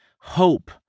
hope